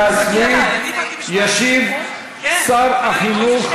שאתם מפילים רק כי מי שמציע אותן יושב בחלק הזה.